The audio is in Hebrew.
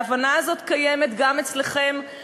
ההבנה הזאת קיימת גם אצלכם,